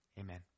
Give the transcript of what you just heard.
Amen